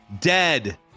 dead